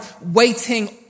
waiting